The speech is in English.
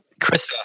Krista